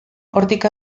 hortik